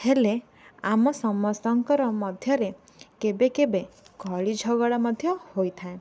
ହେଲେ ଆମ ସମସ୍ତଙ୍କର ମଧ୍ୟରେ କେବେ କେବେ କଳି ଝଗଡ଼ା ମଧ୍ୟ ହୋଇଥାଏ